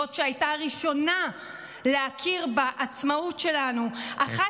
זאת שהייתה הראשונה להכיר בעצמאות שלנו 11